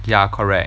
ya correct